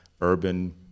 urban